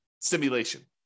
simulation